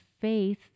faith